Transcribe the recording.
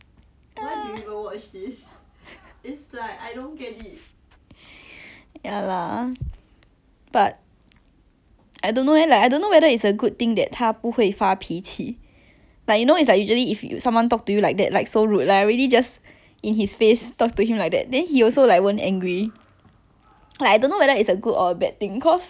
I don't know eh like I don't know whether it's a good thing that 他不会发脾气 but you know it's like usually if someone talk to you like that like so rude like already just in his face talked to him like that then he also like won't angry like I don't know whether it's a good or a bad thing cause in a way it's good that he can handle it lah cause like he won't do anything but then it's like bad it's like cause I don't get any response I want